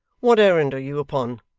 what errand are you upon